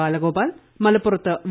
ബാലഗോപാൽ മലപ്പുറത്ത് വി